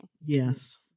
Yes